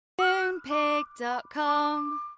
Moonpig.com